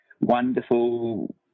wonderful